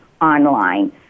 online